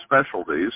Specialties